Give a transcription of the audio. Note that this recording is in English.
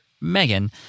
Megan